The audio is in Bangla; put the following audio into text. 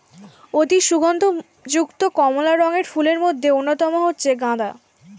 অতি সুগন্ধ যুক্ত কমলা রঙের ফুলের মধ্যে অন্যতম হচ্ছে গাঁদা